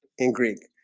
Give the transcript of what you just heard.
in greek,